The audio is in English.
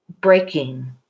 breaking